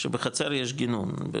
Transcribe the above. שבחצר יש גינון.